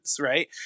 right